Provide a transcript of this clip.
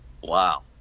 wow